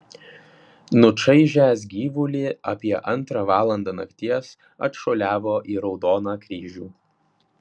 nučaižęs gyvulį apie antrą valandą nakties atšuoliavo į raudoną kryžių